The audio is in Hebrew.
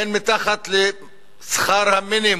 הן מתחת לשכר המינימום,